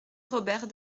robert